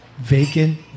vacant